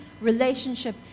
relationship